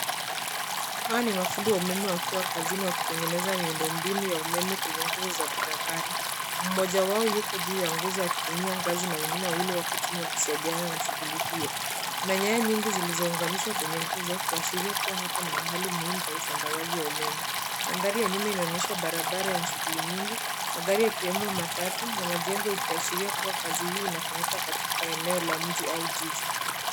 Hawa ni mafundi wa umeme wakiwa kazini wakitengeneza miundombinu ya umeme kwenye nguzo za barabara. Mmoja wao yuko juu ya nguzo akitumia ngazi na wengine wawili wako chini wakisaidiana na shughuli hiyo. Kuna nyaya nyingi zilizounganishwa kwenye nguzo kuashiria kuwa hapa ni mahali muhimu pa usambazaji wa umeme. Mandhari ya nyuma inaonyesha barabara yenye shughuli nyingi, magari yakiwemo matatu, na majengo ikiashiria kuwa kazi hii inafanyika katika eneo la mji au jiji.